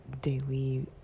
daily